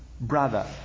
brother